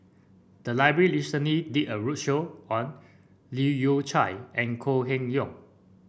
the library recently did a roadshow on Leu Yew Chye and Kok Heng Leun